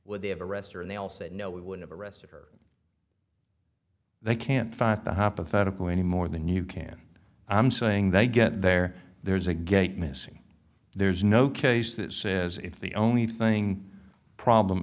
would they have a restaurant they all said no we would have arrested her they can't fight the hypothetical any more than you can i'm saying they get there there's a gate missing there's no case that says if the only thing problem